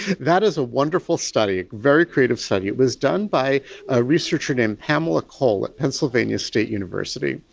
that is a wonderful study, a very creative study. it was done by a researcher named pamela cole at pennsylvania state university.